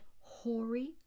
hoary